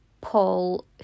Paul